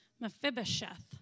Mephibosheth